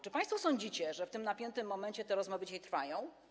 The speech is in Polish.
Czy państwo sądzicie, że w tym napiętym momencie te rozmowy dzisiaj trwają?